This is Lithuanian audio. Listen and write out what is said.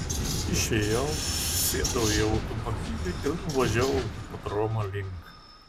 išėjau sėdau į automobilį ir nuvažiavau hipodromo link